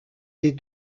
des